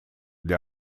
для